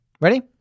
Ready